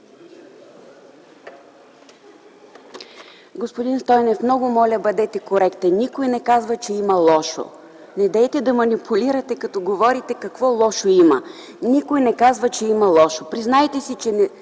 Господин Стойнев, много моля, бъдете коректен! Никой не казва, че има лошо. Недейте да манипулирате като говорите „какво лошо има”. Никой не казва, че има лошо. Признайте си, че